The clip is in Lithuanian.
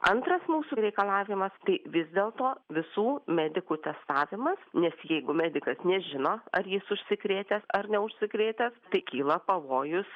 antras mūsų reikalavimas tai vis dėlto visų medikų testavimas nes jeigu medikas nežino ar jis užsikrėtęs ar neužsikrėtęs tai kyla pavojus